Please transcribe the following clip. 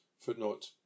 Footnote